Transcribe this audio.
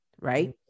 right